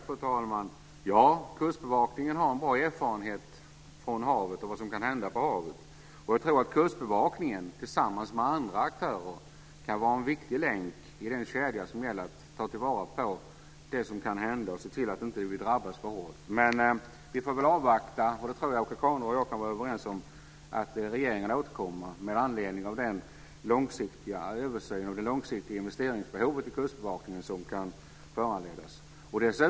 Fru talman! Ja, Kustbevakningen har en bra erfarenhet från havet och vad som kan hända på havet. Jag tror också att Kustbevakningen tillsammans med andra aktörer kan vara en viktig länk i den kedja som ska ta fasta på vad som kan hända och se till att vi inte drabbas för hårt. Men vi får väl avvakta, och det tror jag att Åke Carnerö och jag kan vara överens om, att regeringen återkommer med anledning av den långsiktiga översynen och det långsiktiga investeringsbehov i Kustbevakningen som kan föranledas av denna.